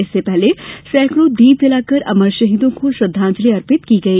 इससे पहले सैकड़ो दीप जलाकर अमर शहीदों को श्रद्वांजलि अर्पित की गई